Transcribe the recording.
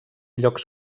llocs